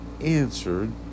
answered